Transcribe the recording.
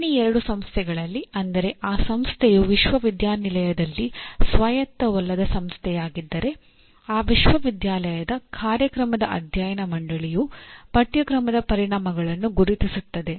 ಶ್ರೇಣಿ 2 ಸಂಸ್ಥೆಗಳಲ್ಲಿ ಅಂದರೆ ಆ ಸಂಸ್ಥೆಯು ವಿಶ್ವವಿದ್ಯಾನಿಲಯದಲ್ಲಿ ಸ್ವಾಯತ್ತವಲ್ಲದ ಸಂಸ್ಥೆಯಾಗಿದ್ದರೆ ಆ ವಿಶ್ವವಿದ್ಯಾಲಯದ ಕಾರ್ಯಕ್ರಮದ ಅಧ್ಯಯನ ಮಂಡಳಿಯು ಪಠ್ಯಕ್ರಮದ ಪರಿಣಾಮಗಳನ್ನು ಗುರುತಿಸುತ್ತದೆ